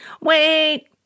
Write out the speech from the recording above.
Wait